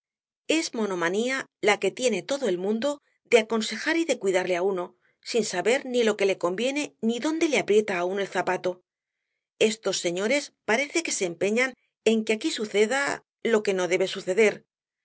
es monomanía la que tiene todo el mundo de aconsejar y de cuidarle á uno sin saber ni lo que le conviene ni dónde le aprieta á uno el zapato estos señores parece que se empeñan en que aquí suceda lo que no debe suceder